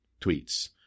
tweets